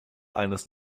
eines